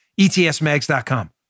ETSMAGS.com